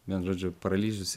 vienu žodžiu paralyžius